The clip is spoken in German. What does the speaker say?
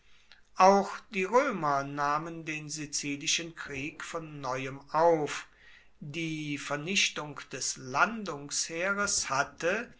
auch die roemer nahmen den sizilischen krieg von neuem auf die vernichtung des landungsheeres hatte